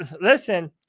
listen